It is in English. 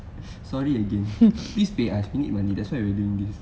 sorry again please pay us we need money that's why we doing this